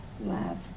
love